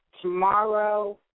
Tomorrow